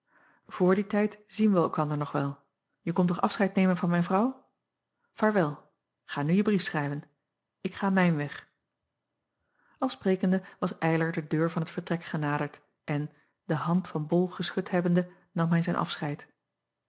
oor dien tijd zien wij elkander nog wel je komt toch afscheid nemen van mijn vrouw vaarwel ga nu je brief schrijven k ga mijn weg l sprekende was ylar de deur van het vertrek genaderd en de hand van ol geschud hebbende nam hij zijn afscheid